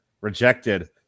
Rejected